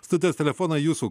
studijos telefoną jūsų